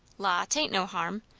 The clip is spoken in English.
la, tain't no harm.